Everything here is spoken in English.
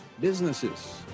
businesses